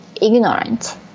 ignorant